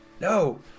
No